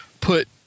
put